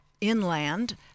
inland